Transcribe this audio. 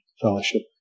fellowship